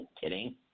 kidding